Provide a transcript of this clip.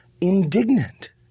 indignant